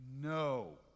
No